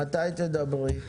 מתי תדברי?